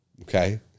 Okay